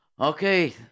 Okay